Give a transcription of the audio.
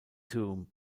tomb